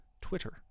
Twitter